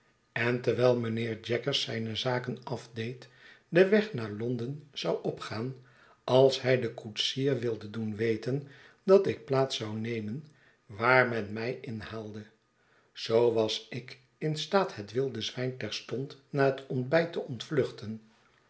en terwijl mijnheer jaggers zijne zaken afdeed den weg naar londen zou opgaan als hij den koetsier wilde doen weten dat ik plaats zou nemen waar men mij inhaalde zoo was ik in staat het wilde zwijn terstond na het ontbijt te ontvluchten